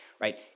right